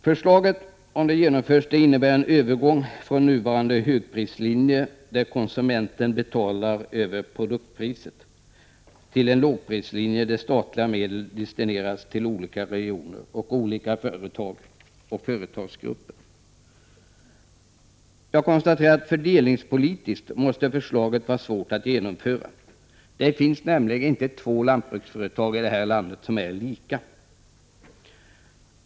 Förslaget, om det genomförs, innebär en övergång från nuvarande högprislinje, där konsumenten betalar över produktpriset, till en lågprislinje där statliga medel destineras till olika regioner och olika företag och företagsgrupper. Jag konstaterar att fördelningspolitiskt måste förslaget vara svårt att genomföra. Det finns nämligen inte två lantbruksföretag i det här landet som är lika.